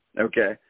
Okay